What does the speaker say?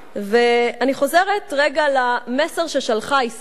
אני חוזרת רגע למסר ששלחה עסקת שליט.